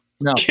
No